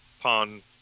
pawn